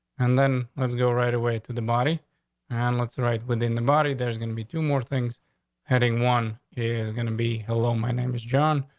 and then let's go right away to the body and what's right within the body. there's going to be two more things heading one is gonna be hello. my name is john,